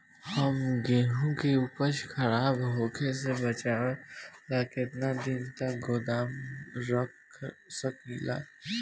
हम गेहूं के उपज खराब होखे से बचाव ला केतना दिन तक गोदाम रख सकी ला?